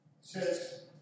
says